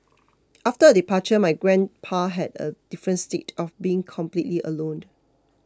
after her departure my grandpa had a different state of being completely alone